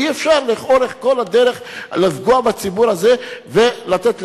אי-אפשר לאורך כל הדרך לפגוע בציבור הזה ולתת לכך,